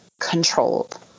controlled